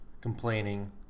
complaining